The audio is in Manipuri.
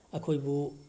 ꯑꯩꯈꯣꯏꯕꯨ